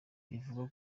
bivugwa